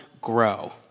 grow